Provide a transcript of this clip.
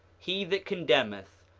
he that condemneth,